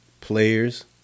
players